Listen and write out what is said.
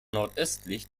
nordöstlich